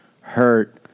hurt